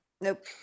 nope